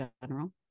general